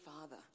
father